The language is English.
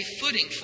footing